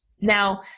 now